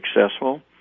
successful